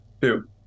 Two